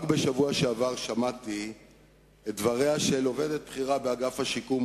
רק בשבוע שעבר שמעתי את דבריה של עובדת בכירה באגף השיקום,